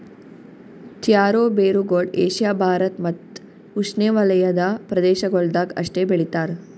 taro ಬೇರುಗೊಳ್ Asia Bharat ಮತ್ತ್ ಉಷ್ಣೆವಲಯದ ಪ್ರದೇಶಗೊಳ್ದಾಗ್ ಅಷ್ಟೆ ಬೆಳಿತಾರ್